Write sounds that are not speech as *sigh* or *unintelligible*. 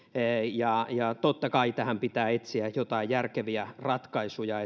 totta kai tähän pitää etsiä jotain järkeviä ratkaisuja *unintelligible*